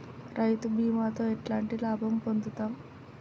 రైతు బీమాతో ఎట్లాంటి లాభం పొందుతం?